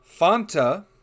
Fanta